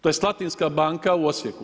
To je Slatinska banka u Osijeku.